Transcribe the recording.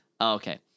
Okay